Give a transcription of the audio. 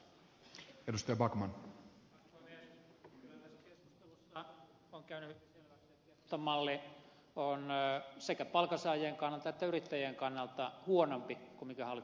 kyllä tässä keskustelussa on käynyt selväksi että keskustan malli on sekä palkansaajien kannalta että yrittäjien kannalta huonompi kuin hallituksen vaihtoehto